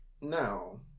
Now